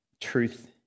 truth